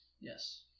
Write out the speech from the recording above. yes